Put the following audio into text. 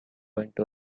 into